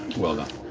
well done.